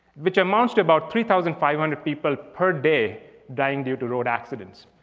which amounts to about three thousand five hundred people per day dying due to road accidents.